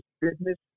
business